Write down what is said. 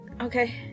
Okay